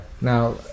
Now